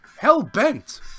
hell-bent